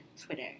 Twitter